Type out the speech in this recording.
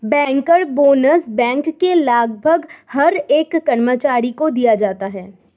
banker bonus bank के लगभग हर एक कर्मचारी को दिया जाता है